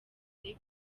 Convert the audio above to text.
ibya